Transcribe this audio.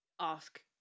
ask